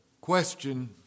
question